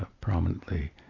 prominently